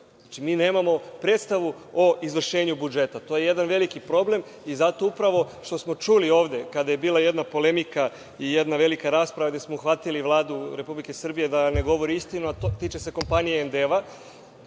Mi nemamo predstavu o izvršenju budžeta. To je jedan veliki problem i zato što smo čuli ovde, kada je bila jedna polemika i jedna velika rasprava gde smo uhvatili Vladu Republike Srbije da ne govori istinu, a tiče se kompanije „Endava“,